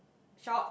shorts